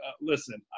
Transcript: Listen